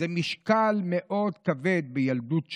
זה משקל מאוד כבד בילדות שלי.